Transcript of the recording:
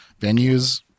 venues